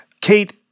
Kate